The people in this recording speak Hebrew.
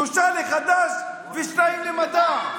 שלושה לחד"ש ושניים למד"ע.